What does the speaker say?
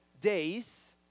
days